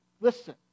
listen